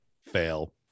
fail